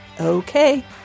Okay